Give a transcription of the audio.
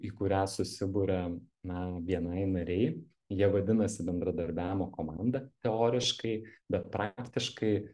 į kurią susiburia na bni nariai jie vadinasi bendradarbiavimo komanda teoriškai bet praktiškai